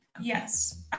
Yes